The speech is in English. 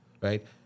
Right